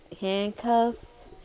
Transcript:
handcuffs